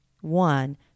one